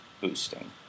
boosting